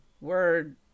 word